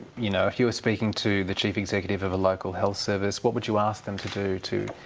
you know if you were speaking to the chief executive of a local health service, what would you ask them to do to,